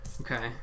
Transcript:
Okay